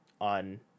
on